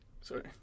Sorry